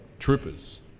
troopers